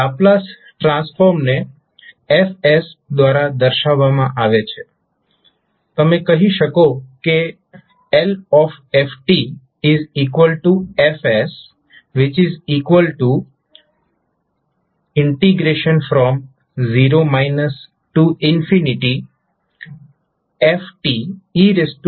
Laplace ટ્રાન્સફોર્મને F દ્વારા દર્શાવવામાં આવે છે અથવા તમે કહી શકો કે LfF0 f e stdt છે